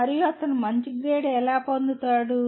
మరియు అతను మంచి గ్రేడ్ ఎలా పొందుతాడు